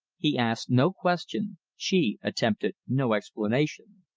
he asked no question, she attempted no explanation.